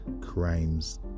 crimes